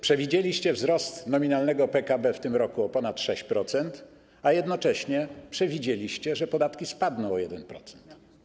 Przewidzieliście wzrost nominalnego PKB w tym roku o ponad 6%, a jednocześnie przewidzieliście, że podatki spadną o 1%.